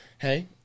hey